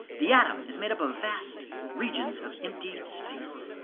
the atom is made up of vast regions of empty space.